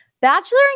Bachelor